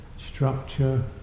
structure